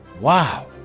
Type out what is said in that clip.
Wow